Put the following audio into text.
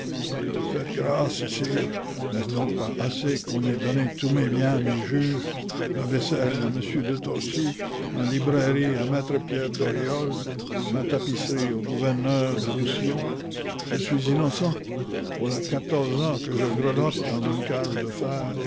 faites grâce sire n'est-ce donc pas assez qu'on ait donné tous mes biens à mes juges ma vaisselle à monsieur de torcy ma librairie à maître pierre doriolle ma tapisserie au gouverneur du roussillon je suis innocent voilà quatorze ans que je grelotte dans une cage de fer